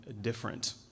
different